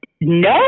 No